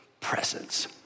presence